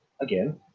again